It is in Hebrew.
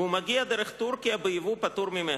והוא מגיע דרך טורקיה ביבוא פטור ממכס.